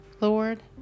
Lord